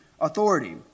authority